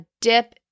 dip